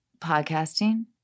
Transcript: podcasting